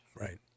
Right